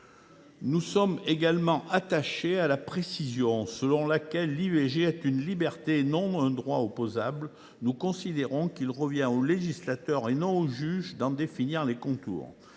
Nous sommes également attachés à la précision selon laquelle l’IVG est une liberté, et non un droit opposable. Nous considérons qu’il revient au législateur, et non au juge, d’en définir les contours.